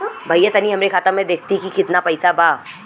भईया तनि हमरे खाता में देखती की कितना पइसा बा?